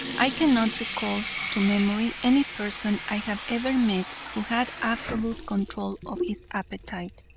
i cannot recall to memory any person i have ever met who had absolute control of his appetite.